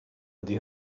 ydy